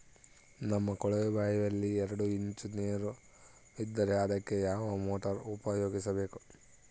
ನಮ್ಮ ಕೊಳವೆಬಾವಿಯಲ್ಲಿ ಎರಡು ಇಂಚು ನೇರು ಇದ್ದರೆ ಅದಕ್ಕೆ ಯಾವ ಮೋಟಾರ್ ಉಪಯೋಗಿಸಬೇಕು?